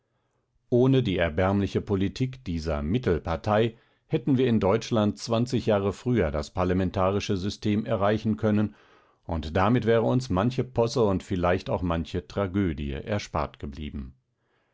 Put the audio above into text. ohne die erbärmliche politik dieser mittelpartei hätten wir in deutschland jahre früher das parlamentarische system erreichen können und damit wäre uns manche posse und vielleicht auch manche tragödie erspart geblieben